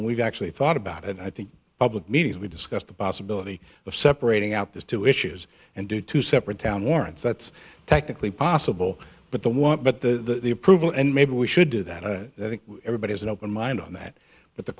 and we've actually thought about it i think public meetings we've discussed the possibility of separating out the two issues and do two separate town warrants that's technically possible but the want but the approval and maybe we should do that i think everybody has an open mind on that but the